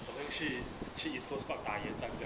我们去去 east coast park 大院上这样